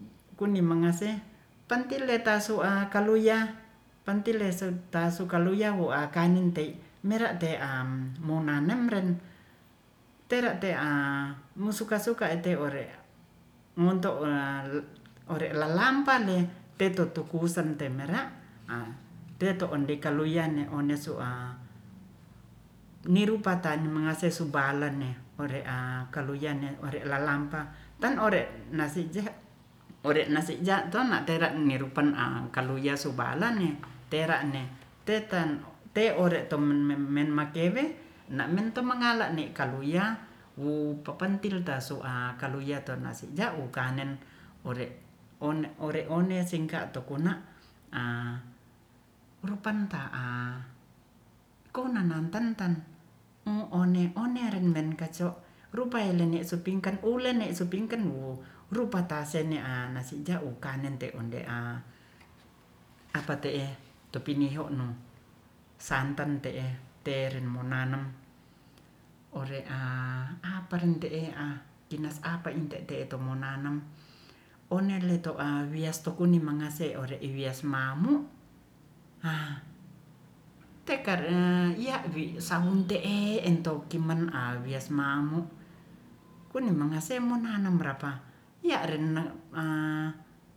Kuni mangase tante la sua kaluya pantele pantele ka sukaluya wo a kanin tei nyere te a monanam tera te a mu suka-suka te oore monto ore lalampa peto tu kusen te merah teto nde kaluyane one su a nir patan mangase subalane ore a kary yanen ore lalampa tan ore nasi jaha ore nasi jaha tera rupan ang kaluyas subalan ne tera ne tetan te ore tomen men makere na men to mangala ne kaluya wu papan tinta soa nasi ja o kanen ore one singka to kona rupanta a konanam tantan o one-one renen kaco rupaele su pingkan ule ne supingkan wo rupa tasene a nasi ja wokanen onde a apa tee tupiniho no santan te'e te munanam ore apa te e kinas apa inta te etomonanam one leto a wias to kuni mangase wias mamu a tekare yawi sangun te e entou kiman a wias mamu kuni mangase monanam berapa ya renem